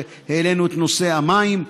העלינו את נושא המים,